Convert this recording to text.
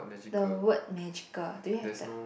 the word magical do you have the